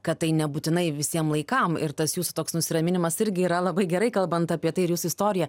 kad tai nebūtinai visiem laikam ir tas jūsų toks nusiraminimas irgi yra labai gerai kalbant apie tai ir jūsų istoriją